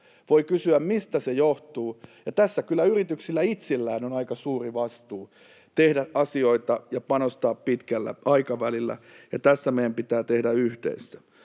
Voi kysyä, mistä se johtuu. Tässä kyllä yrityksillä itsellään on aika suuri vastuu tehdä asioita ja panostaa pitkällä aikavälillä, ja tässä meidän pitää tehdä yhdessä.